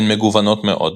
הן מגוונות מאוד,